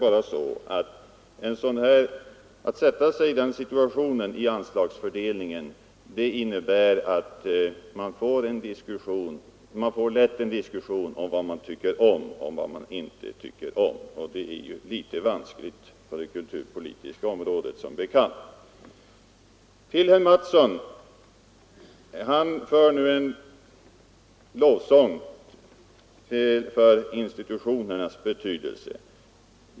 Att sätta sig i den situationen vid anslagsfördelningen innebär att det lätt blir en diskussion om vad man tycker om respektive inte tycker om, och det är som bekant litet vanskligt. Herr Mattsson i Lane-Herrestad lovordar institutionernas betydelse.